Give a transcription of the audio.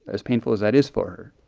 as painful as that is for her.